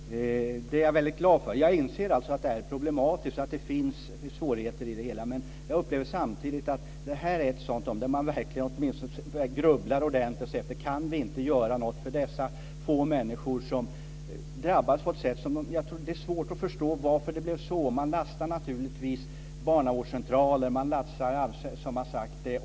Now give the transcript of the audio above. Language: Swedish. Fru talman! Det är jag väldigt glad för. Jag inser alltså att det här är problematiskt och att det finns svårigheter i det hela, men jag upplever samtidigt att det här är ett sådant område där vi verkligen åtminstone ska grubbla ordentligt. Och vi ska se efter om vi inte kan göra någonting för dessa få människor som drabbas på ett sådant här sätt. Det är svårt att förstå varför det blev så här. Man lastar naturligtvis barnavårdscentraler och alla som har sagt att man ska vaccinera sig.